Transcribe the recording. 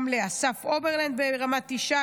גם לאסף אוברלנדר ברמת ישי,